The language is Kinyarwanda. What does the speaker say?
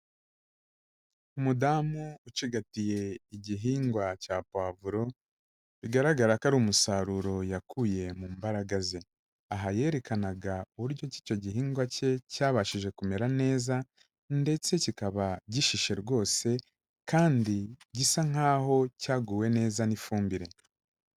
Umudamu ucigatiye igihingwa cya puwavuro bigaragara ko ari umusaruro yakuye mu mbaraga ze, aha yerekanaga uburyo ki icyo gihingwa cye cyabashije kumera neza ndetse kikaba gishishe rwose kandi gisa nkaho cyaguwe neza n'ifumbire.